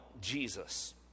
Jesus